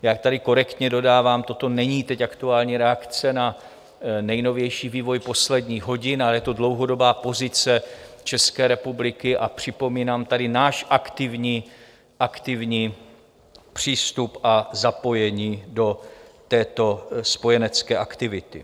Já tady korektně dodávám, toto není teď aktuální reakce na nejnovější vývoj posledních hodin, ale je to dlouhodobá pozice České republiky, a připomínám tady náš aktivní přístup a zapojení do této spojenecké aktivity.